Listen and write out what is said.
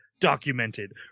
documented